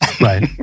right